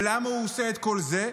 למה הוא עושה את כל זה?